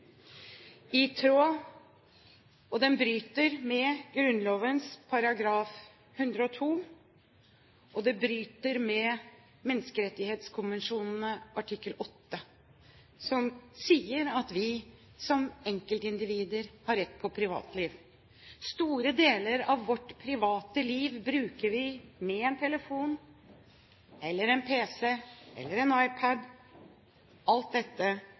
er ganske dramatisk. Den norske befolkning mister i dag en del av sitt privatliv. Det bryter med Grunnloven § 102, og det bryter med Menneskerettskonvensjonen artikkel 8, som sier at vi som enkeltindivider har rett på privatliv. Store deler av vårt private liv bruker vi med en telefon eller en pc eller en iPad. Alt dette